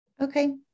Okay